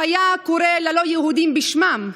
אם הוא היה קורא ללא יהודים בשמם,